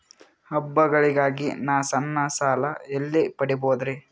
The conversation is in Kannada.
ಹಬ್ಬಗಳಿಗಾಗಿ ನಾ ಸಣ್ಣ ಸಾಲ ಎಲ್ಲಿ ಪಡಿಬೋದರಿ?